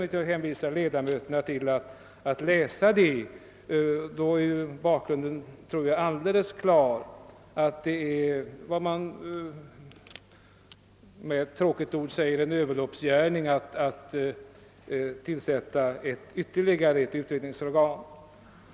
Men jag vill hänvisa ledamöterna till det anförandet för att de skall få en alldeles klar bakgrund till den fråga vi nu diskuterar. Jag tror att det skulle vara vad man kallar en överloppsgärning att tillsätta ytterligare ett utredningsorgan.